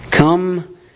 Come